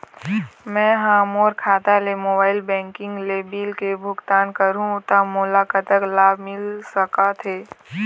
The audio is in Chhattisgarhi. मैं हा मोर खाता ले मोबाइल बैंकिंग ले बिल के भुगतान करहूं ता मोला कतक लाभ मिल सका थे?